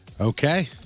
Okay